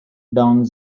dong